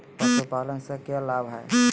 पशुपालन से के लाभ हय?